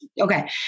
okay